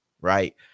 right